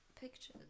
Pictures